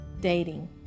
Dating